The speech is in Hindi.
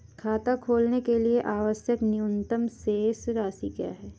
खाता खोलने के लिए आवश्यक न्यूनतम शेष राशि क्या है?